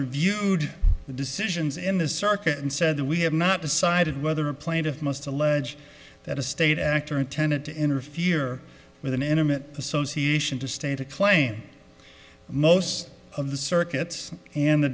reviewed the decisions in the circuit and said that we have not decided whether a plaintiff most allege that a state actor intended to interfere with an intimate association to state a claim most of the circuit and the